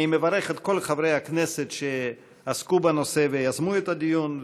אני מברך את כל חברי הכנסת שעסקו בנושא ויזמו את הדיון,